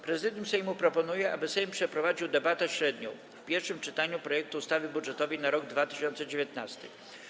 Prezydium Sejmu proponuje, aby Sejm przeprowadził debatę średnią w pierwszym czytaniu projektu ustawy budżetowej na rok 2019.